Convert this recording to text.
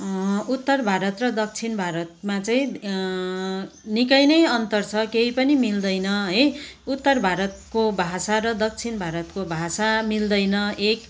उत्तर भारत र दक्षिण भारतमा चाहिँ निकै नै अन्तर छ केही पनि मिल्दैन है उत्तर भारतको भाषा र दक्षिण भारतको भाषा मिल्दैन एक